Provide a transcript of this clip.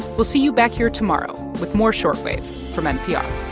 we'll see you back here tomorrow with more short wave from npr